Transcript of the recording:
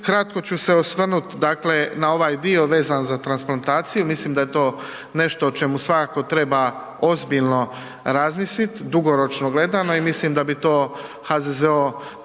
Kratko ću se osvrnuti dakle na ovaj dio vezan za transplantaciju, mislim da je to nešto o čemu svakako treba ozbiljno razmisliti, dugoročno gledano i mislim da bi to HZZO trebao